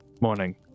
morning